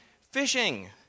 fishing